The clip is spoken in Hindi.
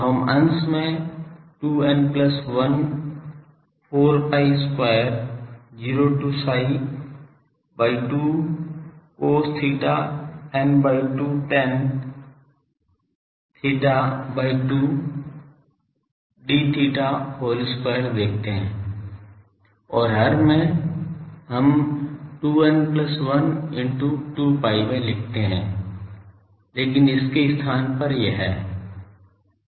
तो हम अंश में 2 n plus 1 4 pi square 0 to psi by 2 cos theta n by 2 tan theta by 2 d theta whole square देखते हैं और हर में हम 2 n plus 1 into 2 pi में लिखते हैं लेकिन इसके स्थान पर यह